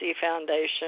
Foundation